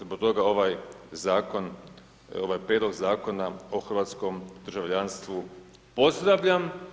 Zbog toga ovaj zakon, ovaj Prijedlog zakona o hrvatskom državljanstvu pozdravljam.